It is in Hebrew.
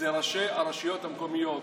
זה ראשי הרשויות המקומיות.